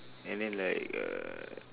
and then like uh